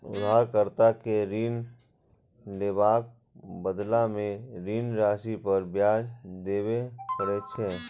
उधारकर्ता कें ऋण लेबाक बदला मे ऋण राशि पर ब्याज देबय पड़ै छै